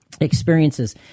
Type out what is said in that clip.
experiences